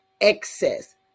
excess